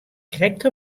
krekt